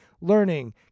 learning